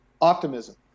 optimism